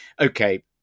okay